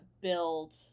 build